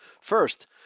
First